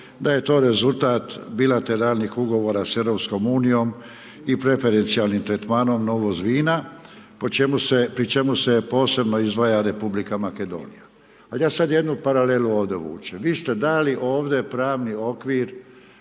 da je to rezultat bilateralnih ugovora sa EU-om i preferencijalnim tretmanom na uvoz vina pri čemu se posebno izdvaja Republika Makedonija. Ali ja sad jednu paralelu ovdje vučem. Vi ste dali ovdje pravni okvir